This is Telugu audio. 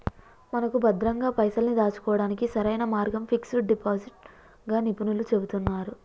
మనకు భద్రంగా పైసల్ని దాచుకోవడానికి సరైన మార్గం ఫిక్స్ డిపాజిట్ గా నిపుణులు చెబుతున్నారు